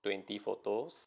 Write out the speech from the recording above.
twenty photos